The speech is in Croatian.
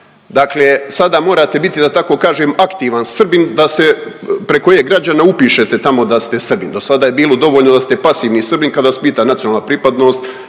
Dakle sada morate biti da tako kažem aktivan Srbin da se preko e-građana upišete tamo da ste Srbin, dosada je bilo dovoljno da ste pasivni Srbin kad vas pita nacionalna pripadnost,